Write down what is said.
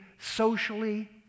socially